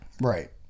right